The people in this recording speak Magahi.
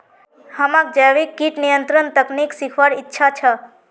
हमाक जैविक कीट नियंत्रण तकनीक सीखवार इच्छा छ